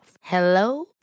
Hello